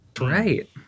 Right